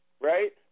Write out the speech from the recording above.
Right